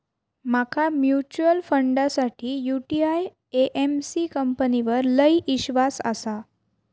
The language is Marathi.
माका म्यूचुअल फंडासाठी यूटीआई एएमसी कंपनीवर लय ईश्वास आसा